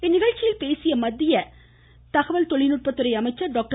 இந்நிகழ்ச்சியில் பேசிய மத்திய தகவல் தொழில்நுட்பத்துறை அமைச்சர் டாக்டர்